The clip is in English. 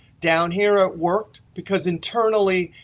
down here it worked because internally,